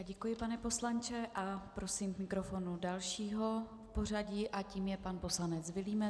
Děkuji, pane poslanče, a prosím k mikrofonu dalšího v pořadí a tím je pan poslanec Vilímec.